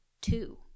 two